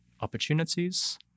opportunities